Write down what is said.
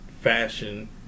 fashion